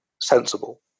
sensible